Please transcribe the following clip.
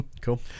cool